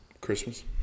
Christmas